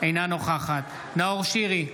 אינה נוכחת נאור שירי,